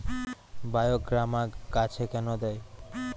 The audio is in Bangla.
বায়োগ্রামা গাছে কেন দেয়?